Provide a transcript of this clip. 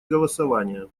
голосования